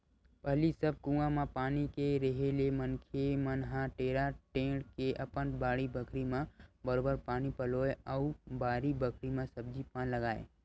पहिली सब कुआं म पानी के रेहे ले मनखे मन ह टेंड़ा टेंड़ के अपन बाड़ी बखरी म बरोबर पानी पलोवय अउ बारी बखरी म सब्जी पान लगाय